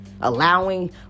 Allowing